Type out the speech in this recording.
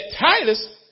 Titus